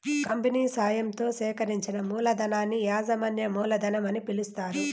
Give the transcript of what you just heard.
company సాయంతో సేకరించిన మూలధనాన్ని యాజమాన్య మూలధనం అని పిలుస్తారు